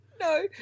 No